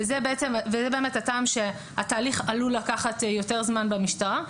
וזה באמת הטעם שהתהליך עלול לקחת יותר זמן במשטרה.